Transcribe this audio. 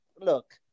look